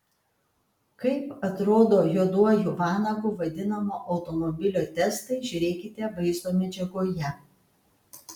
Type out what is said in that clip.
kaip atrodo juoduoju vanagu vadinamo automobilio testai žiūrėkite vaizdo medžiagoje